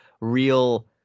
real